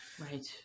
Right